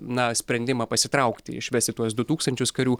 na sprendimą pasitraukti išvesti tuos du tūkstančius karių